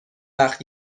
وقت